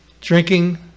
drinking